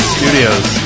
Studios